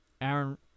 Aaron